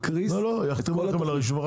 מסביב.